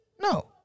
no